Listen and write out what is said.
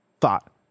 thought